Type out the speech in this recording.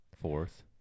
fourth